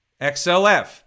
XLF